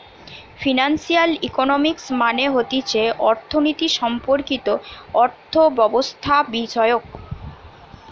financial economics মানে হতিছে অর্থনীতি সম্পর্কিত অর্থব্যবস্থাবিষয়ক